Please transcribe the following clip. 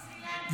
לסרי לנקה.